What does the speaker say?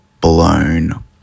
blown